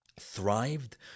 thrived